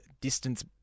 distance